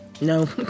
No